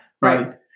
Right